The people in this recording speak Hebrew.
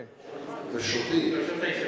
ברשותי?